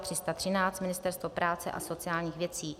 313 Ministerstvo práce a sociálních věcí